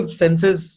senses